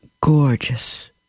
gorgeous